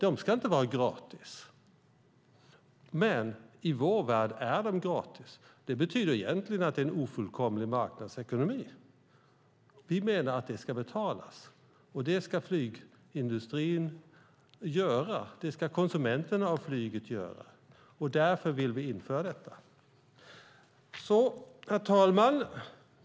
De ska inte vara gratis. Men i vår värld är de gratis, och det betyder egentligen att det är en ofullkomlig marknadsekonomi. Vi menar att det ska betalas, och det ska flygindustrin göra. Det ska konsumenterna och flyget göra. Därför vill vi införa detta. Herr talman!